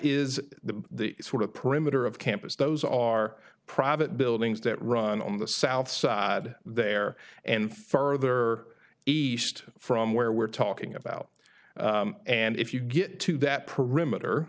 is the the sort of perimeter of campus those are private buildings that run on the south side there and further east from where we're talking about and if you get to that perimeter